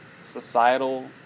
societal